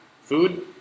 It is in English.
food